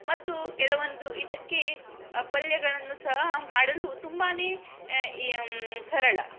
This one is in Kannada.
ಮತ್ತು ಕೆಲವೊಂದು ಇದಕ್ಕೆ ಪಲ್ಯಗಳನ್ನು ಸಹ ಮಾಡಲು ತುಂಬನೇ ಇ ಸರಳ